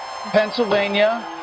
Pennsylvania